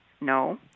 No